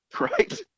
right